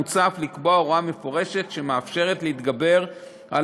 מוצע אף לקבוע הוראה מפורשת שמאפשרת להתגבר על